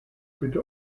bitte